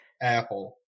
Apple